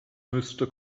müsste